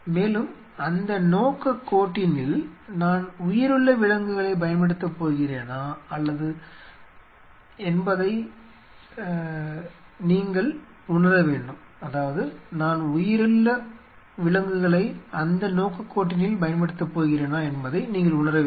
மேலும் அந்த நோக்கக் கோட்டினில் நான் உயிருள்ள விலங்குகளைப் பயன்படுத்தப் போகிறேனா என்பதை நீங்கள் உணர வேண்டும்